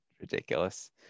ridiculous